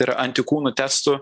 ir antikūnų testų